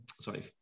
sorry